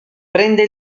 prende